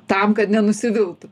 tam kad nenusiviltų